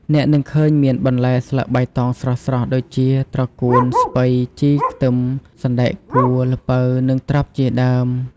អ្នកនឹងឃើញមានបន្លែស្លឹកបៃតងស្រស់ៗ ដូចជា ត្រកួន ស្ពៃ ជី ខ្ទឹម សណ្ដែកគួ ល្ពៅ និងត្រប់ ជាដើម។